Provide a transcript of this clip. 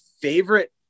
favorite